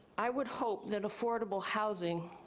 i would hope that affordable housing